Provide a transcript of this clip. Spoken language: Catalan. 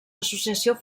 associació